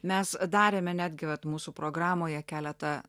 mes darėme netgi vat mūsų programoje keletą